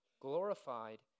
glorified